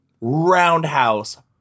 roundhouse